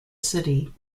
city